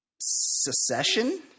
secession